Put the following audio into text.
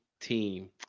team